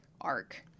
arc